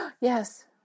Yes